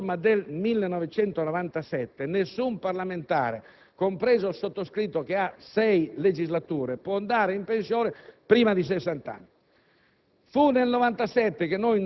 è falso. Con la riforma del 1997 nessun parlamentare, compreso il sottoscritto che ha partecipato a sei legislature, può andare in pensione prima di aver